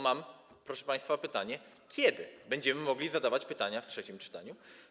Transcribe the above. Mam, proszę państwa, pytanie, kiedy będziemy mogli zadawać pytania w trzecim czytaniu.